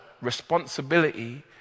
responsibility